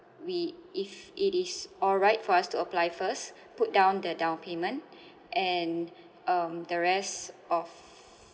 we if it is alright for us to apply first put down the down payment and um the rest of